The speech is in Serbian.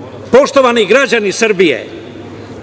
marihuane. Poštovani građani Srbije,